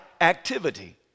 activity